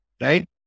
right